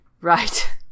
Right